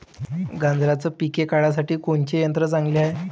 गांजराचं पिके काढासाठी कोनचे यंत्र चांगले हाय?